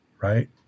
Right